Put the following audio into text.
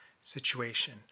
situation